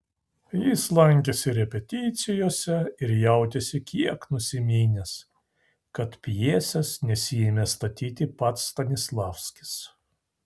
jis lankėsi repeticijose ir jautėsi kiek nusiminęs kad pjesės nesiėmė statyti pats stanislavskis